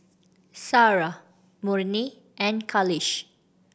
Sarah Murni and Khalish